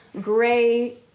gray